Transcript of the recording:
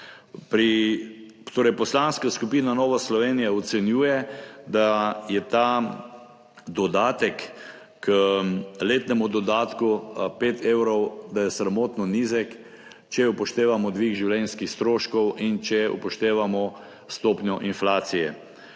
zakonu. Poslanska skupina Nova Slovenija ocenjuje, da je ta dodatek k letnemu dodatku 5 evrov sramotno nizek, če upoštevamo dvig življenjskih stroškov in če upoštevamo stopnjo inflacije.